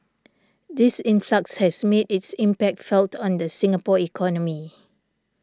this influx has made its impact felt on the Singapore economy